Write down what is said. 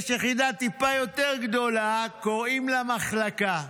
יש יחידה טיפה יותר גדולה, קוראים לה מחלקה.